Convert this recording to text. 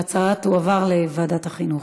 ההצעה תועבר לוועדת החינוך.